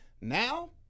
Now